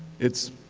its